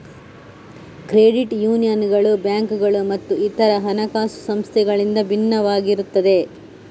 credit ಯೂನಿಯನ್ಗಳು ಬ್ಯಾಂಕುಗಳು ಮತ್ತು ಇತರ ಹಣಕಾಸು ಸಂಸ್ಥೆಗಳಿಂದ ಭಿನ್ನವಾಗಿರುತ್ತವೆ